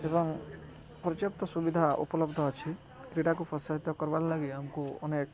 ଏବଂ ପର୍ଯ୍ୟାପ୍ତ ସୁବିଧା ଉପଲବ୍ଧ ଅଛି କ୍ରୀଡ଼ାକୁ ପ୍ରୋତ୍ସାହିତ କର୍ବାର୍ ଲାଗି ଆମକୁ ଅନେକ୍